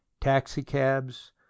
taxicabs